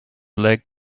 leg